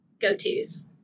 go-tos